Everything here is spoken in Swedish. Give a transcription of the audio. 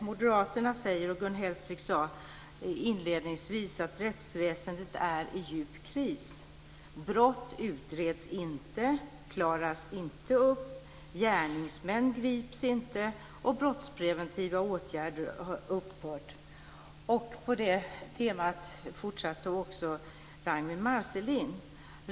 Moderaterna säger - Gun Hellsvik sade det inledningsvis - att rättsväsendet är i djup kris. Brott utreds inte och klaras inte upp. Gärningsmän grips inte, och brottspreventiva åtgärder har upphört. På det temat fortsatte också Ragnwi Marcelind.